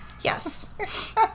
Yes